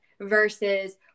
Versus